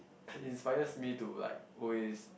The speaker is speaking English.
it inspires me to like always